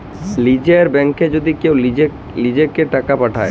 লীযের ব্যাংকে যদি কেউ লিজেঁকে টাকা পাঠায়